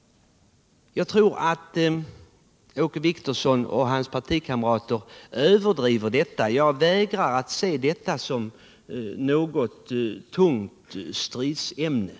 Jag tror att Åke Wictorsson och hans partikamrater överdriver den här frågan, och jag vägrar att se den som något tungt stridsämne.